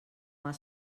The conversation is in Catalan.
els